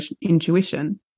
intuition